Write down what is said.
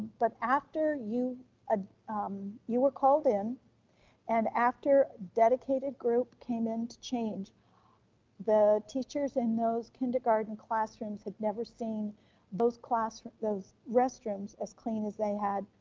but after you ah you were called in and after dedicated group came in to change the teachers in those kindergarten classrooms had never seen those classrooms, those restrooms as clean as they had.